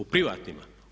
U privatnima?